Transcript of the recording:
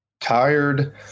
tired